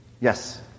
Yes